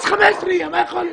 אז 15 יהיה, מה יכול להיות.